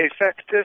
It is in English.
effective